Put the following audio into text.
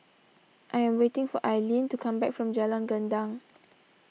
I am waiting for Ailene to come back from Jalan Gendang